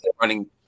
running